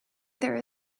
there